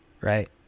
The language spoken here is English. Right